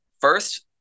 first